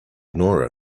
ignore